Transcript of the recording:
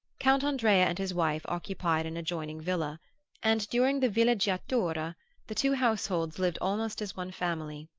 count andrea and his wife occupied an adjoining villa and during the villeggiatura the two households lived almost as one family.